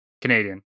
canadian